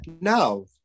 No